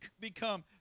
become